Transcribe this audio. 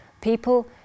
People